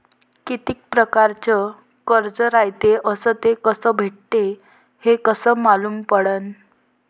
कितीक परकारचं कर्ज रायते अस ते कस भेटते, हे कस मालूम पडनं?